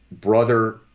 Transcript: brother